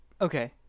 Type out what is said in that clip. Okay